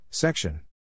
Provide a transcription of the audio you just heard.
Section